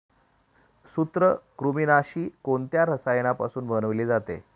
सूत्रकृमिनाशी कोणत्या रसायनापासून बनवले जाते?